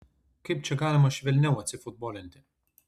kaip čia galima švelniau atsifutbolinti